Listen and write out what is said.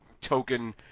token